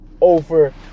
over